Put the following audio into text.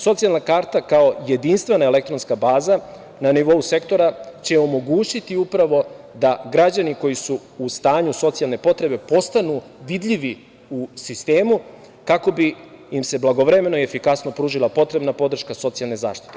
Socijalne karta, kao jedinstvena elektronska baza na nivou sektora, će omogućiti upravo da građani koji su u stanju socijalne potrebe postanu vidljivi u sistemu, kako bi im se blagovremeno efikasno pružila podrška socijalne zaštite.